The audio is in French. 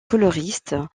coloriste